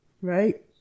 right